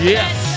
Yes